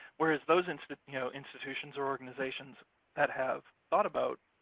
whereas those institutions you know institutions or organizations that have thought about